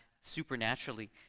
supernaturally